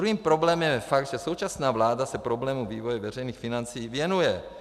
Druhým problémem je fakt, že současná vláda se problému vývoje veřejných financí věnuje.